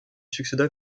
succéda